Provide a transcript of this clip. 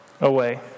away